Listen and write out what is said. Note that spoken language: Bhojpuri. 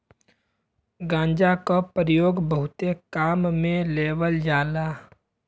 गांजा क परयोग बहुत काम में लेवल जाला